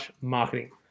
Marketing